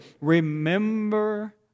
Remember